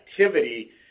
activity